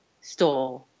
store